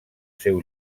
seu